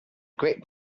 great